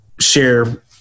share